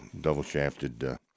double-shafted